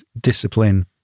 discipline